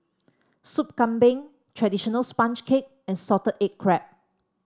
Soup Kambing traditional sponge cake and Salted Egg Crab